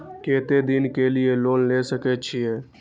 केते दिन के लिए लोन ले सके छिए?